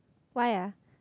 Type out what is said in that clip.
why ah